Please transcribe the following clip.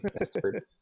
expert